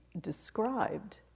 described